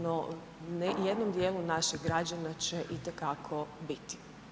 No, jednom dijelu naših građana će itekako biti.